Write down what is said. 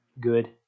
good